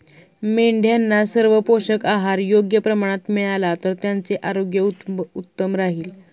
मेंढ्यांना सर्व पोषक आहार योग्य प्रमाणात मिळाला तर त्यांचे आरोग्य उत्तम राहील